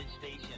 Station